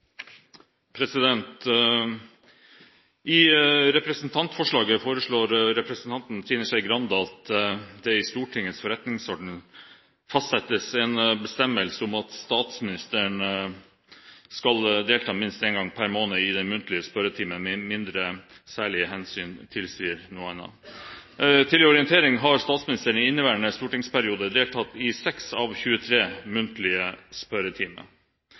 måte. I representantforslaget foreslår representanten Trine Skei Grande at det i Stortingets forretningsorden fastsettes en bestemmelse om at statsministeren skal delta minst én gang per måned i den muntlige spørretimen, med mindre særlige hensyn tilsier noe annet. Til orientering har statsministeren i inneværende storting deltatt i seks av 23 muntlige